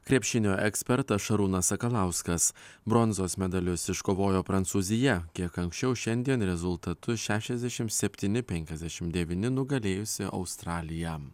krepšinio ekspertas šarūnas sakalauskas bronzos medalius iškovojo prancūzija kiek anksčiau šiandien rezultatu šešiasdešimt septyni penkiasdešimt devyni nugalėjusi australiją